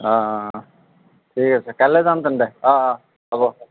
অঁ অঁ অঁ ঠিক আছে কালিলৈ যাম তেন্তে অঁ অঁ হ'ব